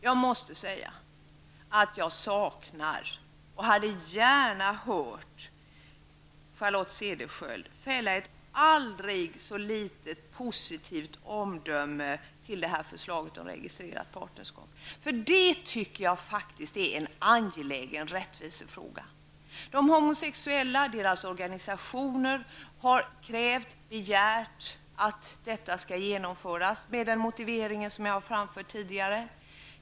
Jag måste säga att jag saknar och jag hade gärna hört Charlotte Cederschiöld fälla ett aldrig så litet positivt omdöme om förslaget om registrerat partnerskap. Det tycker jag faktiskt är en angelägen rättvisefråga. De homosexuella och deras organisationer har, med den motivering som jag har framfört tidigare, begärt att detta skall genomföras.